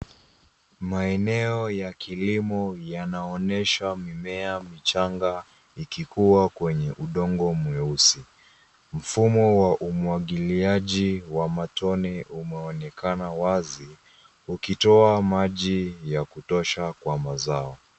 Maeneo ya kilimo yanaonyesha mimea michanga ikikua kwenye udongo mweusi. Mfumo wa umwagiliaji wa matone umeonekana wazi ukitoa maji ya kutosha kwa mazao.